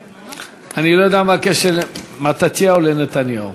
אני לא יודע מה הקשר בין מתתיהו לנתניהו.